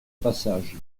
passage